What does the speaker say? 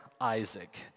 Isaac